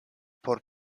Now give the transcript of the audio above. por